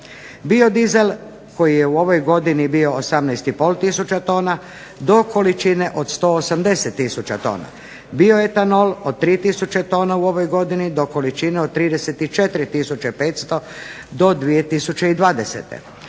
biodizel koji je u ovoj godini bio 18 i pol tisuća tona do količine od 180000 tona, bioetanol od 3000 tona u ovoj godini do količine od 34500 do 2020.